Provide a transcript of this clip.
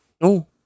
No